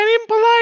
impolite